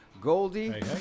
Goldie